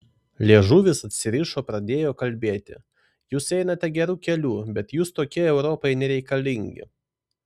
liežuvis atsirišo pradėjo kalbėti jūs einate geru keliu bet jūs tokie europai nereikalingi